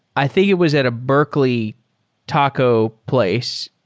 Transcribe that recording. i think it was at a berkeley taco place,